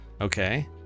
Okay